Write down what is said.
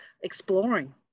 exploring